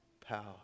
power